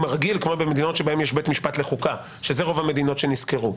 הרגיל כמו במדינות בהן יש בית משפט לחוקה ואלה רוב המדינות שנסקרו.